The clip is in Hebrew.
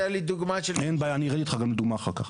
אני רוצה שתתן לי דוגמה --- אין בעיה אני ארד איתך גם לדוגמה אחר כך.